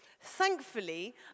Thankfully